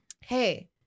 hey